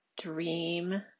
dream